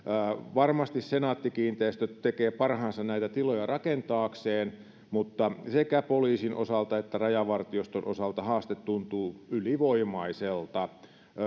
varmasti senaatti kiinteistöt tekee parhaansa näitä tiloja rakentaakseen mutta sekä poliisin osalta että rajavartioston osalta haaste tuntuu ylivoimaiselta